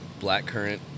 Blackcurrant